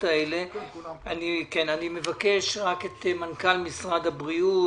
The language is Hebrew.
אני מבקש רק את מנכ"ל משרד הבריאות,